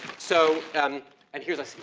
so um and here's the,